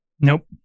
nope